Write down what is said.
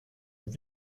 beim